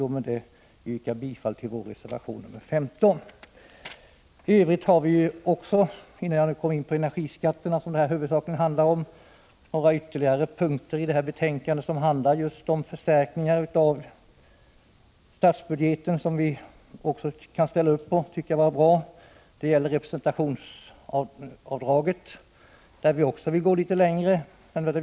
Jag vill med detta yrka bifall till vår reservation 15. Innan jag kommer in på energiskatterna, som betänkandet huvudsakligen handlar om, vill jag beröra ytterligare några punkter i betänkandet som gäller just förstärkningar av statsbudgeten. Vi kan ställa upp på de förslagen. Det gäller till att börja med representationsavdraget, där vi också vill gå litet längre än regeringen.